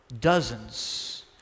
dozens